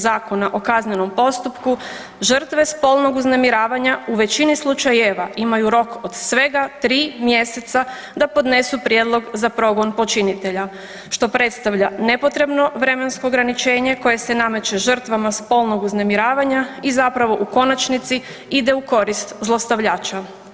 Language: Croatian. Zakona o kaznenom postupku, žrtve spolnog uznemiravanja u većini slučajeva, imaju rok od svega 3 mjeseca da podnesu prijedlog za progon počinitelja, što predstavlja nepotrebno vremensko ograničenje koje se nameće žrtvama spolnog uznemiravanja i zapravo, u konačnici, ide u korist zlostavljača.